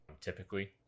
typically